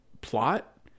plot